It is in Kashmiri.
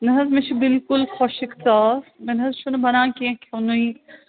نہٕ حظ مےٚ چھ بِلکُل خوٚشٕک ژاس مےٚ نہَ حظ چھُ نہٕ بَنان کیٚنٛہہ کھٮ۪ونُے